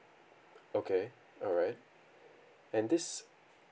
okay alright and this